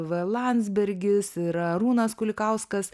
v landsbergis ir arūnas kulikauskas